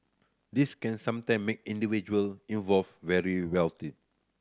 this can sometime make individual involved very wealthy